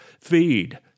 Feed